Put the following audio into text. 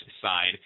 side